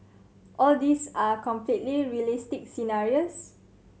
all these are completely realistic scenarios